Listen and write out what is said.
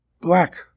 black